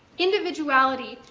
individuality,